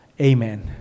Amen